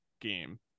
game